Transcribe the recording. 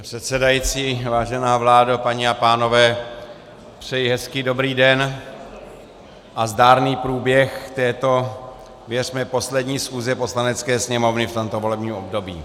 Pane předsedající, vážená vládo, dámy a pánové, přeji hezký dobrý den a zdárný průběh této věřme poslední schůze Poslanecké sněmovny v tomto volebním období.